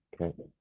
Okay